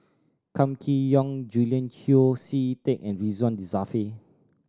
Kam Kee Yong Julian Yeo See Teck and Ridzwan Dzafir